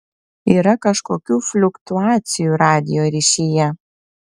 yra kažkokių fliuktuacijų radijo ryšyje